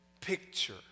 picture